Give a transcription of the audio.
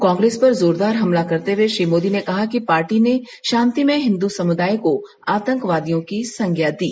कांग्रेस पर जोरदार हमला करते हुए श्री मोदी ने कहा कि पार्टी ने शांतिमय हिन्दू समुदाय को आतंकवादियों की संज्ञा दी